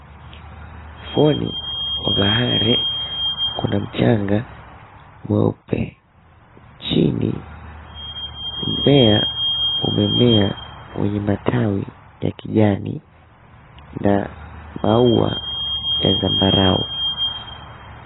Ufuoni mwa bahari kuna mchanga mweupe chini. Mmea umemea wenye matawi ya kijani na maua ya zambarau.